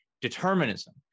Determinism